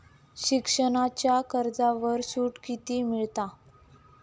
शिक्षणाच्या कर्जावर सूट किती मिळात?